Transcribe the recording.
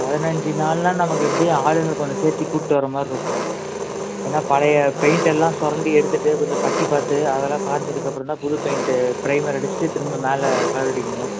பதினஞ்சி நாள் எல்லாம் நமக்கு எப்படியும் ஆளுங்க கொஞ்சம் சேர்த்தி கூப்பிட்டு வரமாதிரிருக்கும் ஏன்னா பழைய பெயிண்ட்டெல்லாம் சொரண்டி எடுத்துட்டு கொஞ்சம் பட்டி பார்த்து அதெல்லாம் காஞ்சதுக்கப்புறம் தான் புது பெயிண்ட்டே ப்ரைமர் அடிச்சிவிட்டு திரும்ப மேலே கலர் அடிக்கணும்